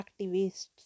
activists